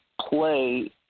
play